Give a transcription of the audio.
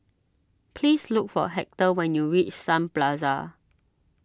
please look for Hector when you reach Sun Plaza